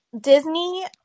Disney